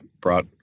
brought